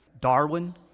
Darwin